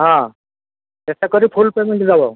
ହଁ ଚଷ୍ଟା କରି ଫୁଲ୍ ପେମେଣ୍ଟ ଦେବ